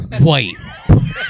White